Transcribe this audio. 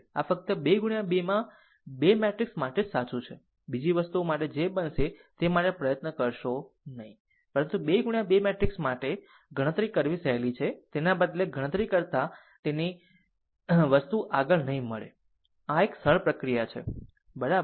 આ ફક્ત 2 ગુણ્યા 2 માં 2 મેટ્રિક્સ માટે જ સાચું છે બીજી વસ્તુ માટે જે બનશે તે માટે પ્રયત્ન કરશો નહીં પરંતુ 2 ગુણ્યા 2 મેટ્રિક્સ માટે ગણતરી કરવી સહેલી છે તેના બદલે ગણતરી કરતાં તેની વસ્તુ આગળ નહીં મળે આ એક સરળ સરળ પ્રક્રિયા છે બરાબર